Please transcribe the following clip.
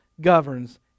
governs